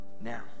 now